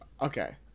Okay